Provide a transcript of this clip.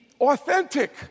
authentic